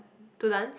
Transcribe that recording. to dance